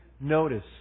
notice